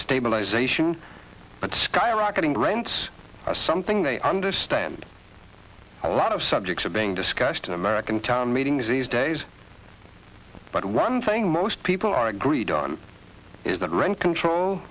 stabilization but skyrocketing rents are something they understand a lot of subjects are being discussed in american town meetings these days but one thing most people are agreed on is that rent control